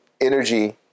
energy